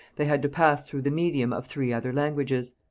they had to pass through the medium of three other languages.